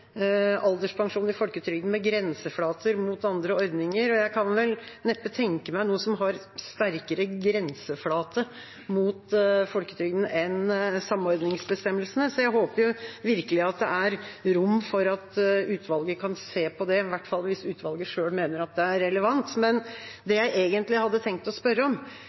alderspensjon i folketrygden med grenseflater mot andre ordninger. Jeg kan vel neppe tenke meg noe som har sterkere grenseflate mot folketrygden enn samordningsbestemmelsene. Så jeg håper virkelig det er rom for at utvalget kan se på det, i hvert fall hvis utvalget selv mener at det er relevant. Men det jeg egentlig hadde tenkt å spørre om,